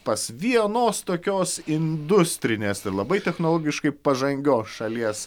pas vienos tokios industrinės ir labai technologiškai pažangios šalies